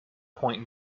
point